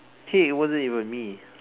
hey it wasn't even me